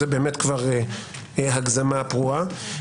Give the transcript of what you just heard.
זה באמת כבר הגזמה פרועה.